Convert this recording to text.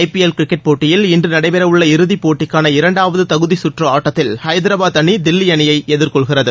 ஜ P L cricket போட்டியில் இன்று நடைபெறவுள்ள இறுதி போட்டிக்கான இரண்டாவது தகுதி சுற்று ஆட்டத்தில் ஹைதராபாத் அணி தில்லி அணியை எதிர்கொள்கிறது